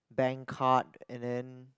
bank card and then